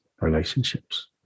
relationships